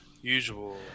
usual